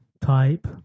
type